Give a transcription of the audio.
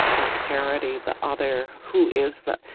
alterity the other, who is that?